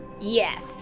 Yes